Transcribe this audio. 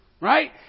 right